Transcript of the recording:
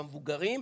במבוגרים,